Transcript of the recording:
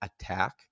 attack